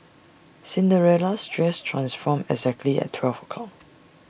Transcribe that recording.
Cinderella's dress transformed exactly at twelve o'clock